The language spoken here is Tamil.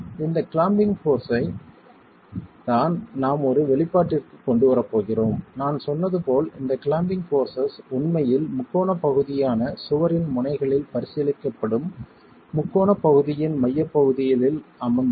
இந்த கிளாம்பிங் போர்ஸஸ் ஐ தான் நாம் ஒரு வெளிப்பாட்டிற்கு கொண்டு வரப் போகிறோம் நான் சொன்னது போல் இந்த கிளாம்பிங் போர்ஸஸ் உண்மையில் முக்கோணப் பகுதியான சுவரின் முனைகளில் பரிசீலிக்கப்படும் முக்கோணப் பகுதியின் மையப்பகுதிகளில் அமர்ந்திருக்கும்